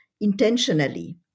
intentionally